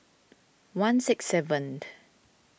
one six seven